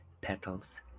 petals